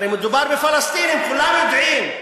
הרי מדובר בפלסטינים, כולם יודעים,